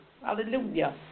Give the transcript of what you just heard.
Hallelujah